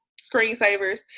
screensavers